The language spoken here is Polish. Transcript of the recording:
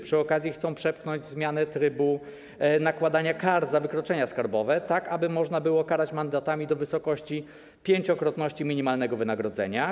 Przy okazji chcą przepchnąć zmianę trybu nakładania kar za wykroczenia skarbowe, tak aby można było karać mandatami do wysokości pięciokrotności minimalnego wynagrodzenia.